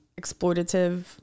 exploitative